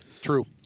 True